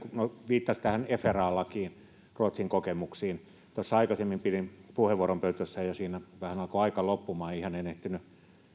viittasi fra lakiin ruotsin kokemuksiin tuossa aikaisemmin pidin puheenvuoron pöntöstä ja siinä vähän alkoi aika loppua ihan en